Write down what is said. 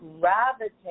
gravitate